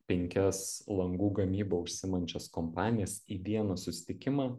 penkias langų gamyba užsiimančias kompanijas į vieną susitikimą